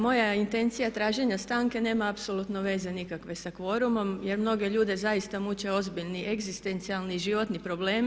Moja intencija traženja stanke nema apsolutno veze nikakve sa kvorumom jer mnoge ljude zaista muče ozbiljni egzistencijalni i životni problemi.